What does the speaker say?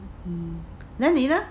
then 你呢